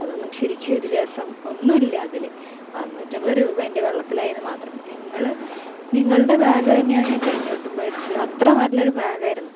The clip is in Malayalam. അതൊന്നും ശെരിക്കും ഒര് രസമൊന്നും ഇല്ല അതില് അറുന്നൂറ്റിഅമ്പത് രൂപ എൻ്റെ വെള്ളത്തിലായെന്ന് മാത്രം നിങ്ങള് നിങ്ങളുടെ ബാഗ് തന്നെയാണ് ഞാൻ കഴിഞ്ഞ വട്ടം മേടിച്ചത് അത്ര നല്ല ഒരു ബാഗായിരുന്നു